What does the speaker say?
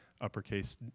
uppercase